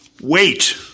Wait